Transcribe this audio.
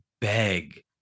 beg